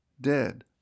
dead